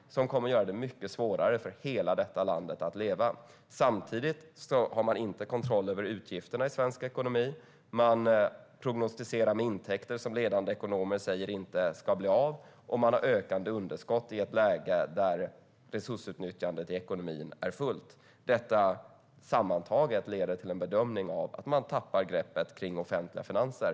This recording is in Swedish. Det kommer att göra det mycket svårare för hela detta land att leva. Samtidigt har man inte kontroll över utgifterna i svensk ekonomi. Man prognostiserar med intäkter som enligt ledande ekonomer inte ska bli av. Man har ökande underskott i ett läge där resursutnyttjandet i ekonomin är fullt. Sammantaget leder det till bedömningen att man tappar greppet om offentliga finanser.